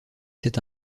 cet